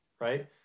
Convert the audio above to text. right